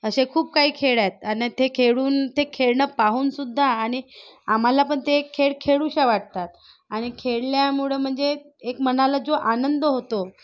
असे खूप काही खेळ आहेत आणि ते खेळून ते खेळणं पाहूनसुद्धा आणि आम्हाला पण ते खेळ खेळूशा वाटतात आणि खेळल्यामुळे म्हणजे एक मनाला जो आनंद होतो